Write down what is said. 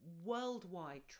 worldwide